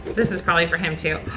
this is probably for him, too.